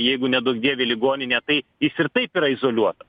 jeigu neduok dieve į ligoninę tai jis ir taip yra izoliuotas